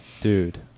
Dude